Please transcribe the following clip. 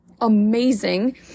amazing